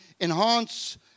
enhance